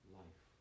life